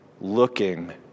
looking